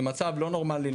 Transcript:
זה מצב לא נורמלי,